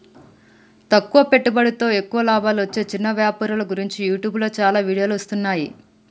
తక్కువ పెట్టుబడితో ఎక్కువ లాభాలు వచ్చే చిన్న వ్యాపారుల గురించి యూట్యూబ్లో చాలా వీడియోలు వస్తున్నాయి